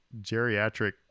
geriatric